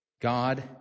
God